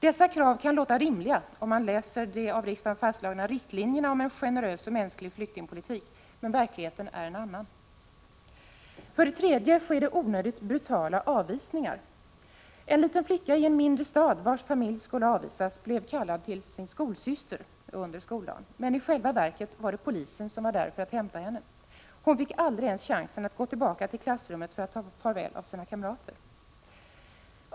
Dessa krav kan låta rimliga, om man läser de av riksdagen fastslagna riktlinjerna om en generös och mänsklig flyktingpolitik, men verkligheten är en annan. För det tredje sker det onödigt brutala avvisningar. En liten flicka i en mindre stad, vars familj skulle avvisas, blev kallad till skolsystern under skoldagen, men i själva verket var polisen där för att hämta henne. Hon fick aldrig ens chansen att gå tillbaka till klassrummet för att ta farväl av sina kamrater.